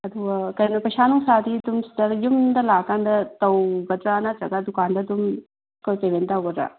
ꯑꯗꯨꯒ ꯀꯩꯅꯣ ꯄꯩꯁꯥ ꯅꯨꯡꯁꯥꯗꯤ ꯑꯗꯨꯝ ꯁꯤꯗ ꯌꯨꯝꯗ ꯂꯥꯛꯑꯀꯥꯟꯗ ꯇꯧꯒꯗ꯭ꯔꯥ ꯅꯠꯇ꯭ꯔꯒ ꯗꯨꯀꯥꯟꯗ ꯑꯗꯨꯝ ꯄꯦꯃꯦꯟ ꯇꯧꯒꯗ꯭ꯔꯥ